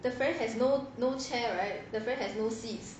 the ferry has no no chair right the ferry has no seats